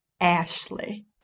ashley